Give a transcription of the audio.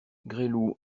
gresloup